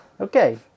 Okay